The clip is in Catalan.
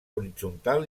horitzontal